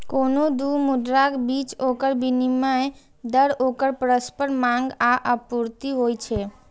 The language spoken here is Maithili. कोनो दू मुद्राक बीच ओकर विनिमय दर ओकर परस्पर मांग आ आपूर्ति होइ छै